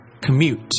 commute